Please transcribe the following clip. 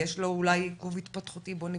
יש לו אולי עיכוב התפתחותי, בואו נבדוק.